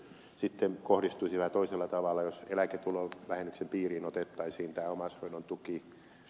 sitten se kohdistuisi vähän toisella tavalla jos eläketulovähennyksen piiriin otettaisiin omaishoidon tuki